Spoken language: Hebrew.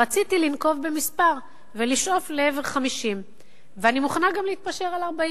רציתי לנקוב במספר ולשאוף לעבר 50%. אני מוכנה גם להתפשר על 40%,